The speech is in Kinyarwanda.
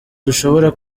dushobora